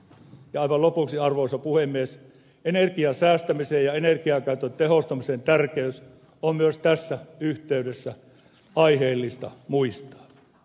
aivan lopuksi arvoisa puhemies energian säästämisen ja energiankäytön tehostamisen tärkeys on myös tässä yhteydessä aiheellista muistaa